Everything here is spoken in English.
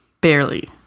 Barely